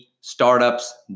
startups